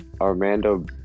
Armando